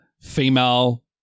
female